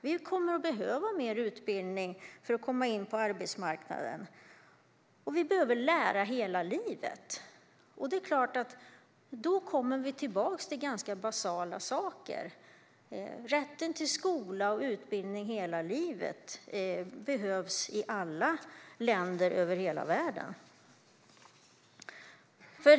Vi kommer att behöva mer utbildning för att komma in på arbetsmarknaden, och vi behöver lära hela livet. Då kommer vi tillbaka till ganska basala saker. Rätten till skola och utbildning hela livet behövs i alla länder över hela världen.